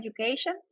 education